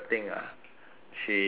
she is